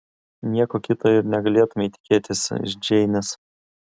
nieko kito ir negalėtumei tikėtis iš džeinės